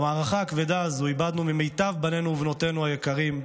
במערכה הכבדה הזו איבדנו את מיטב בנינו ובנותינו היקרים.